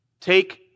Take